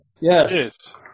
Yes